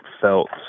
felt